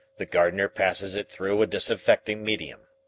the gardener passes it through a disinfecting medium.